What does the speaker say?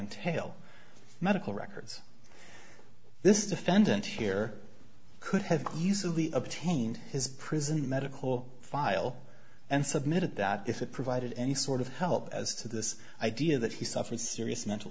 entail medical records this defendant here could have easily obtained his prison medical file and submitted that if it provided any sort of help as to this idea that he suffered serious mental